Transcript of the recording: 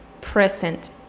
present